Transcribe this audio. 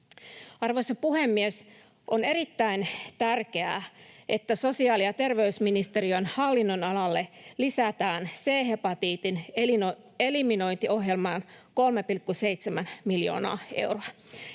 Arvoisa puhemies! On erittäin tärkeää, että sosiaali- ja terveysministeriön hallinnonalalle lisätään C-hepatiitin eliminointiohjelmaan 3,7 miljoonaa euroa.